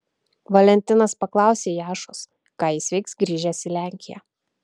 valentinas paklausė jašos ką jis veiks grįžęs į lenkiją